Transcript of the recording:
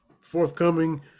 forthcoming